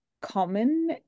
common